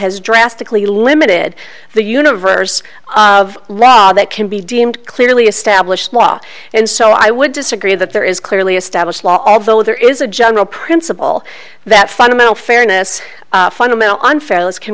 has drastically limited the universe of law that can be deemed clearly established law and so i would disagree that there is clearly established law although there is a general principle that fundamental fairness fundamental unfair